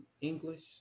English